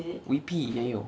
weepy 也有